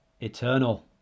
eternal